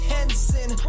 Henson